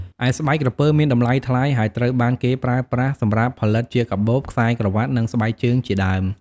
ឯស្បែកក្រពើមានតម្លៃថ្លៃ ហើយត្រូវបានគេប្រើប្រាស់សម្រាប់ផលិតជាកាបូប ខ្សែក្រវ៉ាត់ និងស្បែកជើងជាដើម។